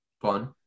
Fun